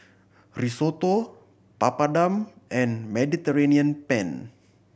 Risotto Papadum and Mediterranean Penne